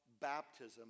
baptism